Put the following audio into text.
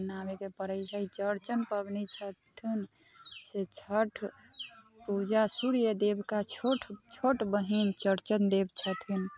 बनाबेके पड़ै छै चौरचन पबनी छथुन से छठ पूजा सूर्य देवके छोट छोट बहिन चौरचन देव छथिन